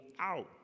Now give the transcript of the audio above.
out